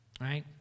Right